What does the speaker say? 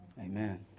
Amen